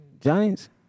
Giants